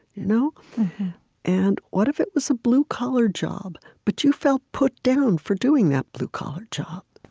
you know and what if it was a blue-collar job, but you felt put down for doing that blue-collar job?